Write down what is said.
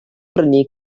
brynu